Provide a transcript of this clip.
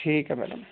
ਠੀਕ ਹੈ ਮੈਡਮ